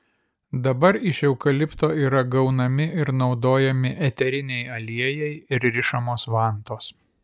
dabar iš eukalipto yra gaunami ir naudojami eteriniai aliejai ir rišamos vantos